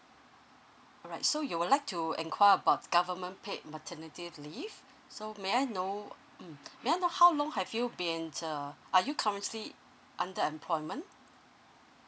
alright so you would like to enquire about government paid maternity leave so may I know mm may I know how long have you been uh are you currently under employment